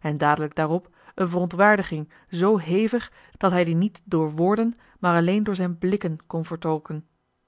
en dadelijk daarop een verontwaardiging zoo hevig dat hij die niet door woorden maar alleen door zijn blikken kon